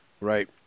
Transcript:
right